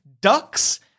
ducks